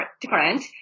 different